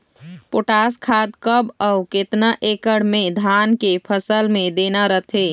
Potash खाद कब अऊ केतना एकड़ मे धान के फसल मे देना रथे?